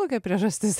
kokia priežastis